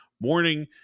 Morning